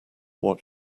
what